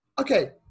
Okay